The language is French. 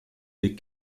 des